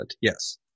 Yes